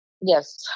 Yes